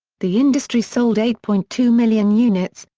the industry sold eight point two million units,